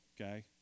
Okay